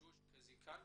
ברונשטיין,